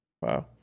Wow